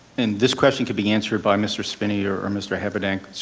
and this question could be answered by mr. spinney or mr. habedank,